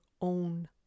own